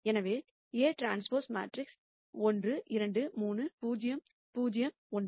எனவே Aᵀ matrix 1 2 3 0 0 1